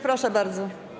Proszę bardzo.